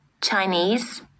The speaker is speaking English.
Chinese